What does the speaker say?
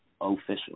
Official